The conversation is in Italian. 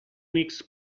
unix